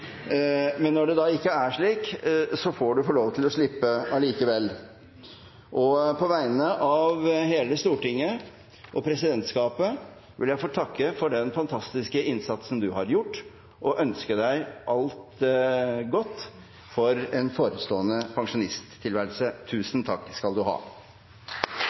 Men når det da ikke er slik, får du få lov til å slippe likevel. På vegne av hele Stortinget og presidentskapet vil jeg få takke for den fantastiske innsatsen du har gjort, og ønske deg alt godt for en forestående pensjonisttilværelse. Tusen takk skal du ha.